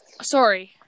Sorry